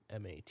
MAT